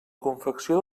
confecció